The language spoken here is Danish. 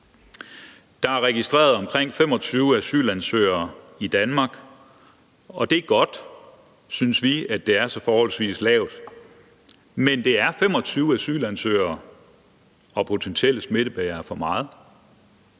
Der er registreret omkring 25 asylansøgere i Danmark, og det er godt, synes vi, at det er et så forholdsvis lavt tal, men det er 25 asylansøgere og potentielle smittebærere for meget.